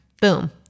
Boom